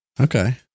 Okay